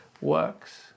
works